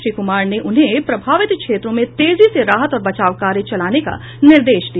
श्री कुमार ने उन्हें प्रभावित क्षेत्रों में तेजी से राहत और बचाव कार्य चलाने का निर्देश दिया